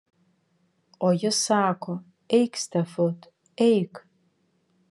o jis sako eik stefut eik